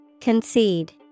Concede